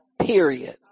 period